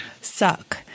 suck